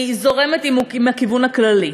אני זורמת מהכיוון הכללי.